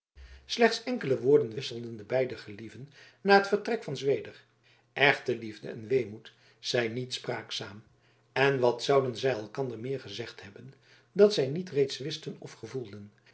slechts enkele woorden wisselden de beide gelieven na het vertrek van zweder echte liefde en weemoed zijn niet spraakzaam en wat zouden zij elkander meer gezegd hebben dat zij niet reeds wisten of gevoelden